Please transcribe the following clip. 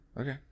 okay